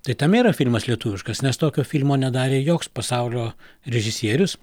tai tame yra filmas lietuviškas nes tokio filmo nedarė joks pasaulio režisierius